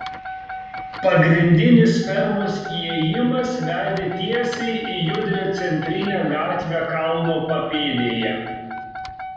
pagrindinis fermos įėjimas vedė tiesiai į judrią centrinę gatvę kalno papėdėje